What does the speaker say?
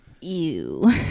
Ew